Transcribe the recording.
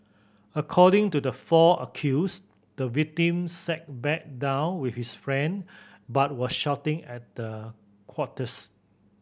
according to the four accused the victim sat back down with his friend but was shouting at the quartets